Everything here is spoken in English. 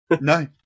No